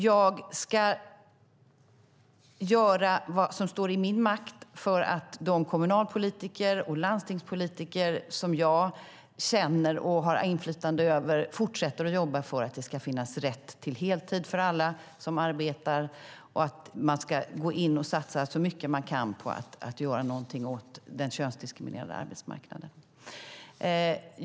Jag ska göra vad som står i min makt för att de kommunalpolitiker och landstingspolitiker som jag känner och har inflytande över ska fortsätta att jobba för att det ska finnas rätt till heltid för alla som arbetar och att de ska gå in och satsa så mycket de kan på att göra någonting åt den könsdiskriminerande arbetsmarknaden.